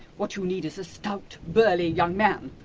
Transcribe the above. what you need is a stout, burly young man.